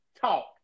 talk